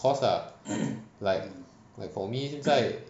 of course lah like like for me 在